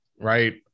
right